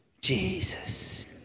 Jesus